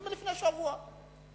מלפני שבוע.